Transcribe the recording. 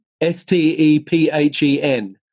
S-T-E-P-H-E-N